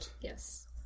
Yes